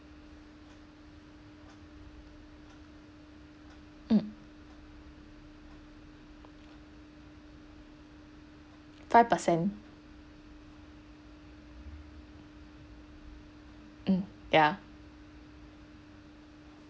mm five per cent mm ya